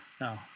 no